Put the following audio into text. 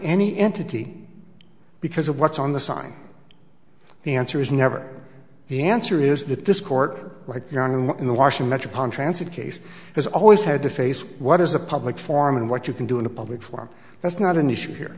any entity because of what's on the sign the answer is never the answer is that this court like in the washing metropolit rancid case has always had to face what is a public forum and what you can do in a public forum that's not an issue here